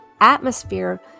atmosphere